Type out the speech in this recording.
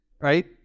right